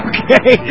Okay